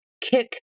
kick